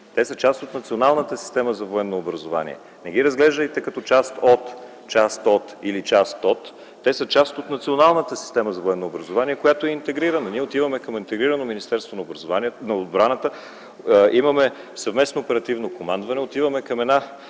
а са част от националната система за военно образование. Не ги разглеждайте като част от, част от или част от. Те са част от националната система за военно образование, която е интегрирана. Ние отиваме към интегрирано Министерство на отбраната, имаме съвместно оперативно командване. Отиваме към